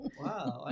wow